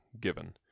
given